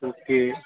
okay